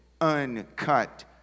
uncut